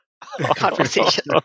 conversation